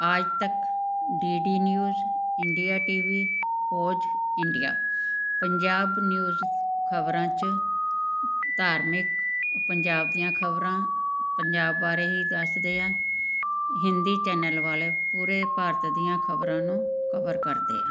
ਆਜ Tak D D news India T V ਫੌਜ India Punjab news ਖਬਰਾਂ 'ਚ ਧਾਰਮਿਕ ਪੰਜਾਬ ਦੀਆਂ ਖਬਰਾਂ ਪੰਜਾਬ ਬਾਰੇ ਦੱਸਦੇ ਆ ਹਿੰਦੀ ਚੈਨਲ ਵਾਲੇ ਪੂਰੇ ਭਾਰਤ ਦੀਆਂ ਖਬਰਾਂ ਨੂੰ ਕਵਰ ਕਰਦੇ ਆ